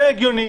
זה הגיוני.